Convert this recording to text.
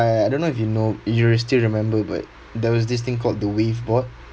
I don't know if you know you still remember but there was this thing called the wave board